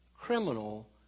criminal